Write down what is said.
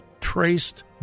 traced